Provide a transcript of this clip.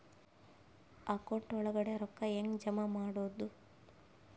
Account ಒಳಗಡೆ ರೊಕ್ಕ ಹೆಂಗ್ ಜಮಾ ಮಾಡುದು?